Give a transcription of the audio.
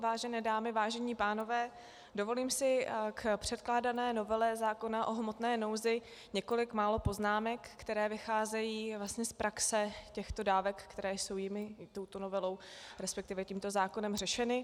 Vážené dámy, vážení pánové, dovolím si k předkládané novele zákona o hmotné nouzi několik málo poznámek, které vycházejí vlastně z praxe těchto dávek, které jsou touto novelou, respektive tímto zákonem řešeny.